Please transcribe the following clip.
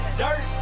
dirt